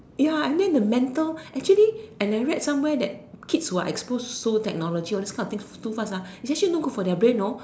ya I mean the mental actually and I read somewhere that kids who are exposed to technology all this kind of things too fast ah actually not good for their brain you know